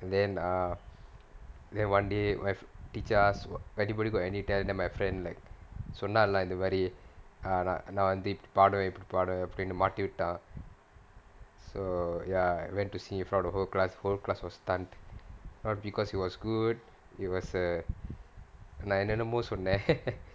and then uh then one day my teacher ask anybody got any talent then my friend like சொன்னா எல்லாம் இந்தமாரி நான் வந்து இப்டி பாடுவேன் இப்டி பாடுவேன் அப்டினு மாட்டிவிட்டுடான்:sonnaa ellaam inthamaari naan vanthu ipdi paaduvaen ipdi paaduvaen apdinu maattivittutaan so ya I went to sing in front of the whole class and the whole class was stunned not because it was good it was err நான் என்னென்னமோ சொன்னே:ennaennamo sonnae